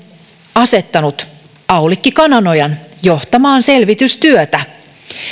asettanut aulikki kananojan johtamaan selvitystyötä